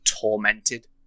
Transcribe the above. tormented